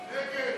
(5)